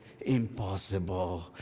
impossible